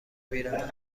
میروم